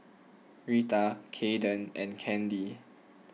Reta Kaeden and Kandi